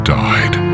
died